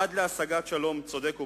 עד להשגת שלום צודק ובר-קיימא,